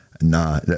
Nah